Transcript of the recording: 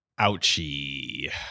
Ouchie